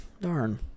Darn